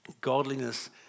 Godliness